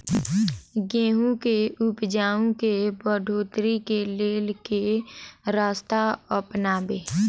गेंहूँ केँ उपजाउ केँ बढ़ोतरी केँ लेल केँ रास्ता अपनाबी?